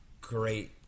great